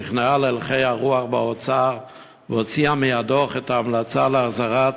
נכנעה להלכי הרוח באוצר והוציאה מהדוח את ההמלצה להחזיר את